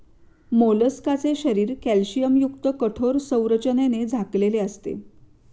मोलस्काचे शरीर कॅल्शियमयुक्त कठोर संरचनेने झाकलेले असते